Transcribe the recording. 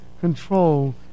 control